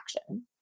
action